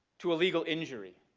to a legal injury